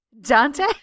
Dante